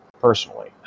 personally